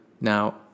Now